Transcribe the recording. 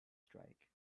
strike